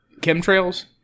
chemtrails